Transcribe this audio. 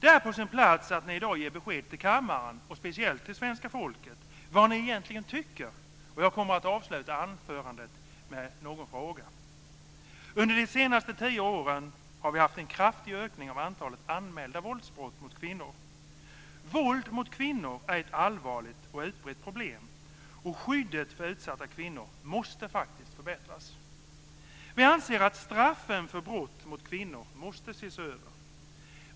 Det är på sin plats att ni i dag ger besked till kammaren och speciellt till svenska folket om vad ni egentligen tycker. Jag kommer att avsluta anförandet med någon fråga. Under de senaste tio åren har vi haft en kraftig ökning av antalet anmälda våldsbrott mot kvinnor. Våld mot kvinnor är ett allvarligt och utbrett problem, och skyddet för utsatta kvinnor måste faktiskt förbättras. Vi anser att straffen för brott mot kvinnor måste ses över.